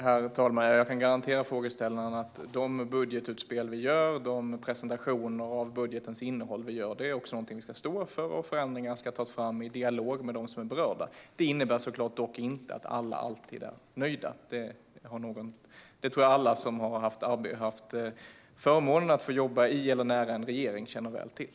Herr talman! Jag kan garantera frågeställaren att de budgetutspel vi gör, de presentationer av budgetens innehåll vi gör, är någonting vi ska stå för. Och förändringar ska tas fram i dialog med dem som är berörda. Det innebär såklart dock inte att alla alltid är nöjda. Det tror jag att alla som har haft förmånen att få jobba i eller nära en regering känner väl till.